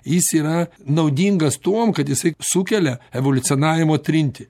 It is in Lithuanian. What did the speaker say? jis yra naudingas tuom kad jisai sukelia evoliucionavimo trintį